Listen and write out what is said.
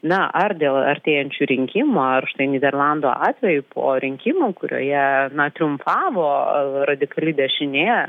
na ar dėl artėjančių rinkimų ar štai nyderlandų atveju po rinkimų kurioje triumfavo radikali dešinė